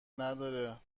نداره